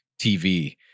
TV